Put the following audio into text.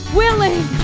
willing